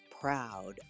proud